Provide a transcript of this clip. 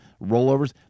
rollovers